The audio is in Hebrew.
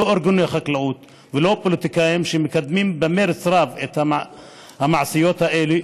לא ארגוני החקלאים ולא הפוליטיקאים שמקדמים במרץ רב את המעשיות האלה,